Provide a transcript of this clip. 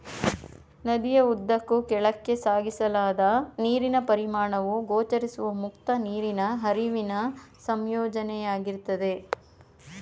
ನದಿಯ ಉದ್ದಕ್ಕೂ ಕೆಳಕ್ಕೆ ಸಾಗಿಸಲಾದ ನೀರಿನ ಪರಿಮಾಣವು ಗೋಚರಿಸುವ ಮುಕ್ತ ನೀರಿನ ಹರಿವಿನ ಸಂಯೋಜನೆಯಾಗಿರ್ತದೆ